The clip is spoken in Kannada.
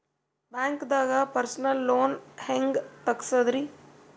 ಬ್ಯಾಂಕ್ದಾಗ ಪರ್ಸನಲ್ ಲೋನ್ ಹೆಂಗ್ ತಗ್ಸದ್ರಿ?